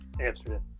Amsterdam